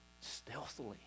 stealthily